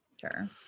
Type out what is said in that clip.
Sure